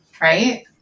right